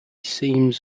seems